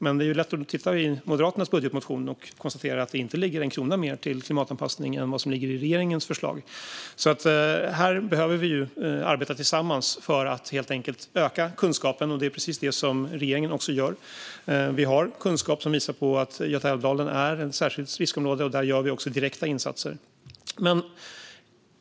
Men om man tittar i Moderaternas budgetmotion kan man konstatera att det inte ligger en krona mer till klimatanpassning än vad som ligger i regeringens förslag. Här behöver vi arbeta tillsammans för att öka kunskapen. Det är precis det som regeringen gör. Vi har kunskap som visar på att Götaälvdalen är ett särskilt riskområde, och där gör vi också direkta insatser. Fru talman!